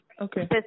Okay